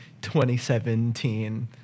2017